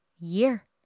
year